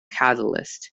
catalyst